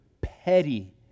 petty